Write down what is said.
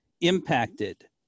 impacted